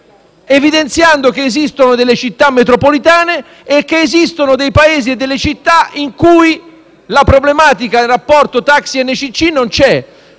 evidenziando che esistono Città metropolitane e che esistono paesi e città in cui la problematica del rapporto taxi - NCC non c'è.